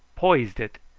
poised it,